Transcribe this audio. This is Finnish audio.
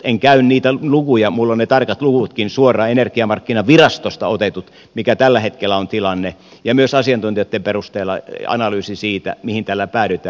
en käy niitä lukuja sanomaan minulla on ne tarkat luvutkin suoraan energiamarkkinavirastosta otetut mikä tällä hetkellä on tilanne ja myös asiantuntijoitten perusteella analyysi siitä mihin tällä päädytään